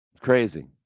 Crazy